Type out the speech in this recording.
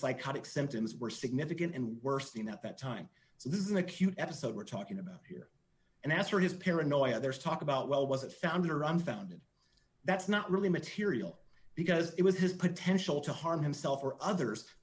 psychotic symptoms were significant and worse than that time so this is an acute episode we're talking about here and that's where his paranoia there's talk about well was it founder unfounded that's not really material because it was his potential to harm himself or others